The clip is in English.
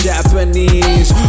Japanese